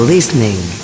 Listening